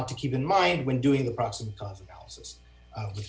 ought to keep in mind when doing the process of